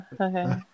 okay